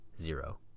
zero